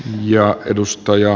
arvoisa puhemies